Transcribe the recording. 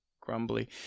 grumbly